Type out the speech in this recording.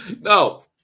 No